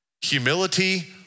humility